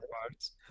parts